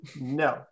No